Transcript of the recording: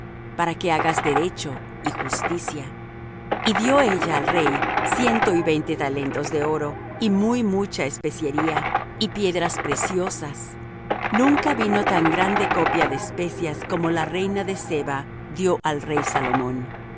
para que hagas derecho y justicia y dió ella al rey ciento y veinte talentos de oro y muy mucha especiería y piedras preciosas nunca vino tan grande copia de especias como la reina de seba dió al rey salomón